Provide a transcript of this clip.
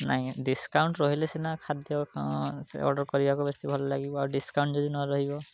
ନାହିଁ ଡିସକାଉଣ୍ଟ୍ ରହିଲେ ସିନା ଖାଦ୍ୟ ଅର୍ଡ଼ର୍ କରିବାକୁ ବେଶୀ ଭଲଲାଗିବ ଆଉ ଡିସକାଉଣ୍ଟ୍ ଯଦି ନରହିବ